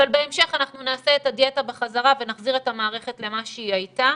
אבל בהמשך אנחנו נעשה את הדיאטה בחזרה ונחזיר את המערכת למה שהיא הייתה.